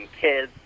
kids